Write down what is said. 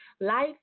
Life